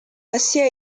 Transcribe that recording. asia